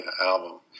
album